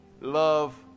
love